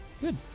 Good